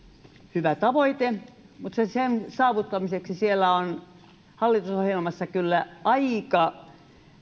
hyvä tavoite mutta sen saavuttamiseksi siellä hallitusohjelmassa on kyllä aika